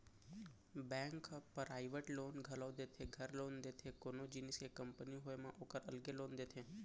bank ह private loan घलौ देथे, घर लोन देथे, कोनो जिनिस के कंपनी होय म ओकर अलगे लोन देथे